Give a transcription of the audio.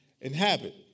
inhabit